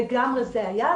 לגמרי זה היעד.